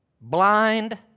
blind